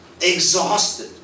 exhausted